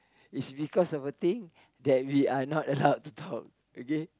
is because of a thing that we are not allowed to talk okay